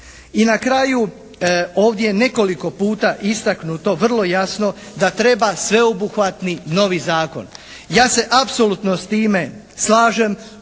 I na kraju ovdje je nekoliko puta istaknuto vrlo jasno da treba sveobuhvatni novi zakon. Ja se apsolutno s time slažem,